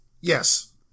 Yes